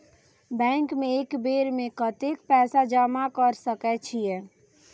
Bank में एक बेर में कतेक पैसा जमा कर सके छीये?